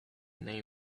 name